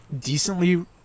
decently